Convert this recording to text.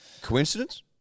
Coincidence